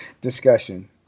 discussion